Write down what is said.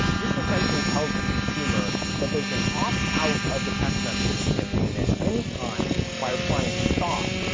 this essentially tells the consumer that they can opt-out of the text messaging campaign at any time by applying, stop,